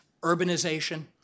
urbanization